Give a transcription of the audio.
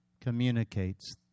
communicates